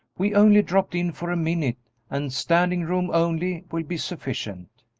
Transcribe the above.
we only dropped in for a minute, and standing room only will be sufficient.